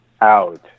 out